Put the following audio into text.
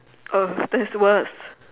oh that's worse